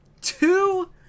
Two